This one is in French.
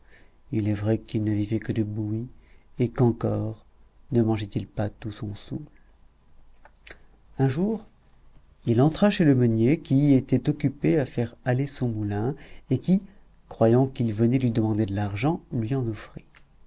il est vrai qu'il ne vivait que de bouillie et qu'encore ne mangeait-il pas tout son saoul un jour il entra chez le meunier qui était occupé à faire aller son moulin et qui croyant qu'il venait lui demander de l'argent lui en offrit